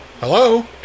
Hello